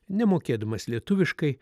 nemokėdamas lietuviškai